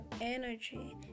energy